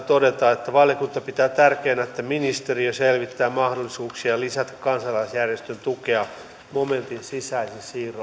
todetaan että valiokunta pitää tärkeänä että ministeriö selvittää mahdollisuuksia lisätä kansalaisjärjestöjen tukea momentin sisäisin siirroin